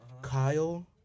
kyle